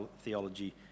theology